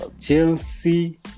Chelsea